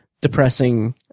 depressing